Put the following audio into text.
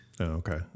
Okay